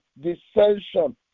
dissension